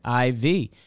IV